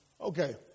Okay